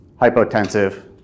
hypotensive